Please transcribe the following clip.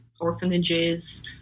orphanages